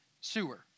Sewer